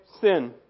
sin